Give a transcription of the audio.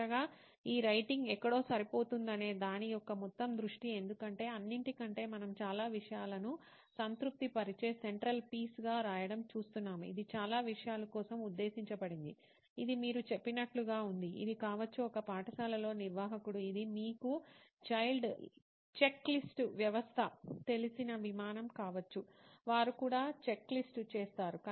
చివరగా ఈ రైటింగ్ ఎక్కడ సరిపోతుందనే దాని యొక్క మొత్తం దృష్టి ఎందుకంటే అన్నింటికంటే మనం చాలా విషయాలను సంతృప్తిపరిచే సెంట్రల్ పీస్గా రాయడం చూస్తున్నాం ఇది చాలా విషయాల కోసం ఉద్దేశించబడింది ఇది మీరు చెప్పినట్లుగా ఉంటుంది ఇది కావచ్చు ఒక పాఠశాలలో నిర్వాహకుడు ఇది మీకు చెక్లిస్ట్ వ్యవస్థ తెలిసిన విమానం కావచ్చు వారు కూడా చెక్లిస్ట్ చేస్తారు